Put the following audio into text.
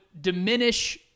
diminish